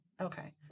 Okay